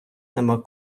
нема